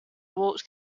walked